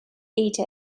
ate